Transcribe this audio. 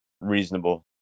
reasonable